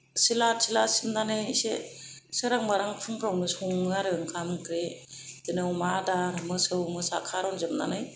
सिथ्ला थिला सिबनानै इसे सोरां बारां फुंफ्रावनो सङो आरो ओंखाम ओंख्रै बिदिनो अमा आदार मोसौ मोसा खारनजोबनानै